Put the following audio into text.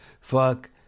Fuck